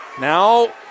Now